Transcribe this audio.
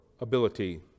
ability